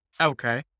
Okay